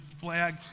flag